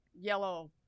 yellow